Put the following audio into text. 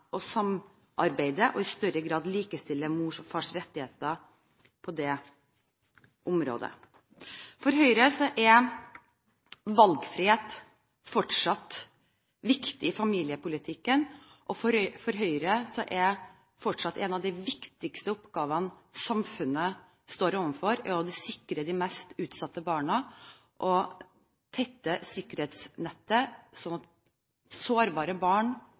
og samarbeidet, og i større grad likestille mors og fars rettigheter på det området. For Høyre er valgfrihet fortsatt viktig i familiepolitikken. For Høyre er det fortsatt en av de viktigste oppgavene samfunnet står overfor, å sikre de mest utsatte barna og tette sikkerhetsnettet slik at sårbare barn